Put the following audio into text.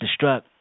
destruct